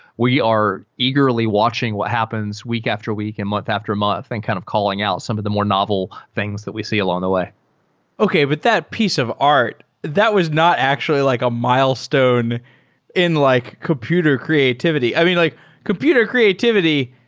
we are eagerly watching what happens week after week and month after month. i think kind of calling out some of the more novel things that we see along the way okay. but that piece of art, that was not actually like a milestone in like computer creativity. i mean, like computer creativity,